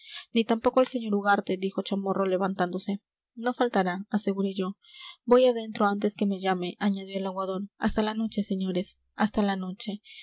ni tampoco el sr ugarte dijo chamorro levantándose no faltará aseguré yo voy adentro antes que me llame añadió el aguador hasta la noche señores hasta la noche